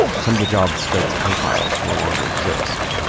some of the jobs studs profiled no longer exist.